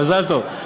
מזל טוב.